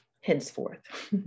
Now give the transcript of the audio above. henceforth